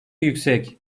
yüksek